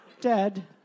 Dead